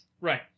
Right